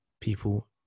people